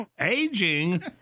Aging